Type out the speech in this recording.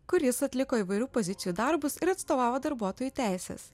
kur jis atliko įvairių pozicijų darbus ir atstovavo darbuotojų teises